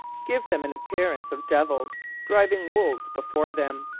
give them an appearance of devils driving wolves before them.